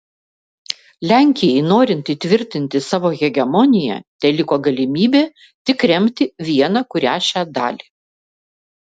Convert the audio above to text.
lenkijai norint įtvirtinti savo hegemoniją teliko galimybė tik remti vieną kurią šią dalį